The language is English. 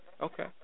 okay